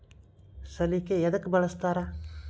ಸಲಿಕೆ ಯದಕ್ ಬಳಸ್ತಾರ?